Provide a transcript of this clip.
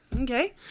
Okay